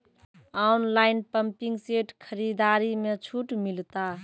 Online pumping set खरीदारी मे छूट मिलता?